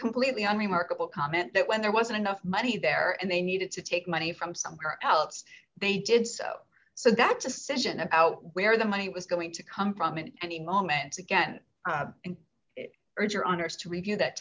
completely on remarkable comment that when there wasn't enough money there and they needed to take money from somewhere else they did so so that decision about where the money was going to come from and any moment again it urge your honour's to review that